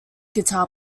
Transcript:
guitar